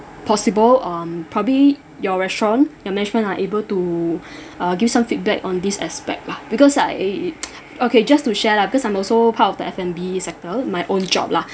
possible um probably your restaurant your management are able to uh give some feedback on this aspect lah because I okay just to share lah because I'm also part of the F&B sector my own job lah